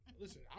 Listen